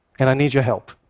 and i need your help.